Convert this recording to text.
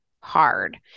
hard